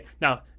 now